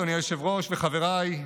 אדוני היושב-ראש וחבריי,